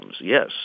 yes